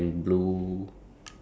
white shoes